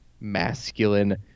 masculine